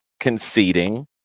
conceding